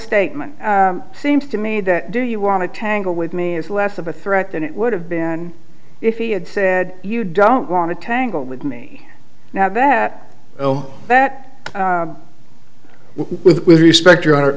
statement seemed to me that do you want to tangle with me is less of a threat than it would have been if he had said you don't want to tangle with me now that oh that with respect your honor